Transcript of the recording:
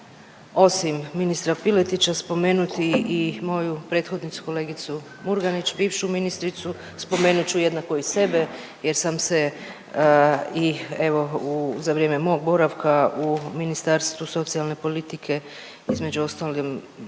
osim ministra Piletića spomenuti i moju prethodnicu, kolegicu Murganić, bivšu ministricu. Spomenuti ću jednako i sebe jer sam se i evo, u, za vrijeme mog boravka u Ministarstvo socijalne politike između ostalim, bavila